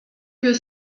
que